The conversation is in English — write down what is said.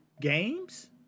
games